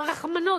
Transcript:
רחמנות,